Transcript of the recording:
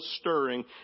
stirring